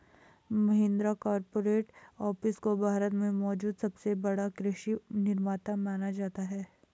Mahindra corporate office को भारत में मौजूद सबसे बड़ा कृषि निर्माता माना जाता है